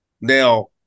Now